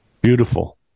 Beautiful